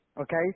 okay